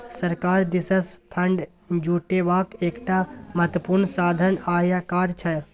सरकार दिससँ फंड जुटेबाक एकटा महत्वपूर्ण साधन आयकर छै